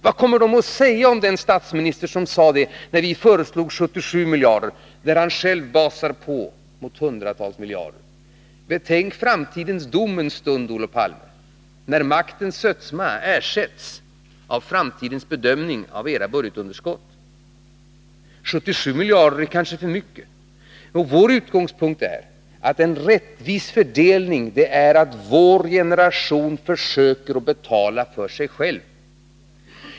Vad kommer de att säga om den statsminister som sade så, när vi föreslog 77 miljarder kronor, fastän han själv basade på med 100 miljarder kronor? Betänk framtidens dom en stund, Olof Palme, när maktens sötma ersätts av framtidens bedömning av era budgetunderskott. 77 miljarder kronor är kanske för mycket. Vår utgångspunkt är att en rättvis fördelning innebär att vår generation försöker att betala för sig själv.